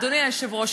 אדוני היושב-ראש,